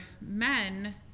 men